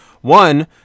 One